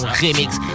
remix